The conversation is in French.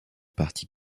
parti